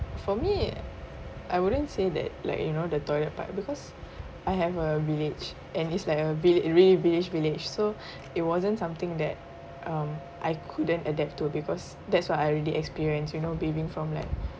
for me I wouldn't say that like you know the toilet part because I have a village and is like a village really village village so it wasn't something that um I couldn't adapt to because that's what I already experience you know bathing from like